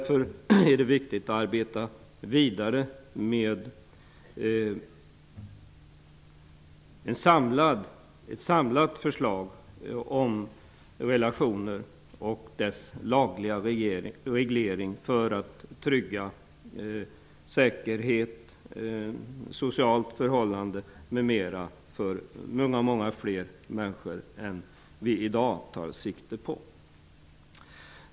För att trygga säkerheten, de sociala förhållandena, m.m. för många många fler människor än vad vi i dag har tagit sikte på är det därför viktigt att arbeta vidare med ett samlat förslag om relationer och deras lagliga regleringen.